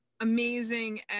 amazing